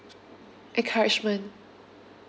encouragement